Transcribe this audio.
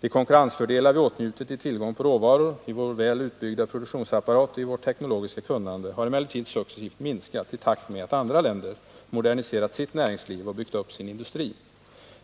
De konkurrensfördelar vi åtnjutit i tillgång på råvaror i vår väl utbyggda produktionsapparat och i vårt teknologiska kunnande har emellertid successivt minskat i takt med att andra länder moderniserat sitt näringsliv och byggt upp sin industri.